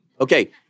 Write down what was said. Okay